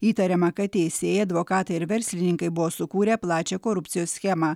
įtariama kad teisėjai advokatai ir verslininkai buvo sukūrę plačią korupcijos schemą